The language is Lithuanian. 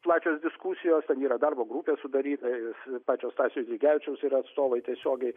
plačios diskusijos ten yra darbo grupė sudaryta pačio stasio eidrigevičiaus yra atstovai tiesiogiai